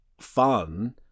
fun